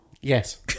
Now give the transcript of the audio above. Yes